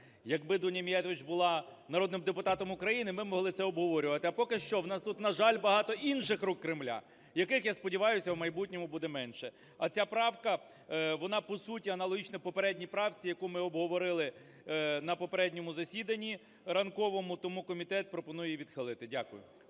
Якби Дуня Міятович була народним депутатом України, ми могли б це обговорювати, а поки що у нас тут, на жаль, багато інших "рук Кремля", яких, я сподіваюся, в майбутньому буде менше. А ця правка, вона по суті аналогічна попередній правці, яку ми обговорили на попередньому засіданні, ранковому, тому комітет пропонує її відхилити. Дякую.